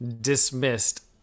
dismissed